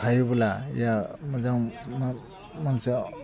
हायोबोला या मोजां मोनसे